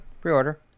pre-order